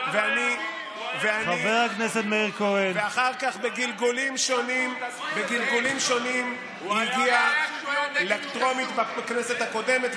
ואחר כך בגלגולים שונים הגיעה לטרומית בכנסת הקודמת,